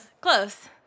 Close